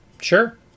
sure